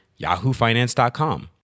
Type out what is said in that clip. yahoofinance.com